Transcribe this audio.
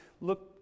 look